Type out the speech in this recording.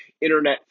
internet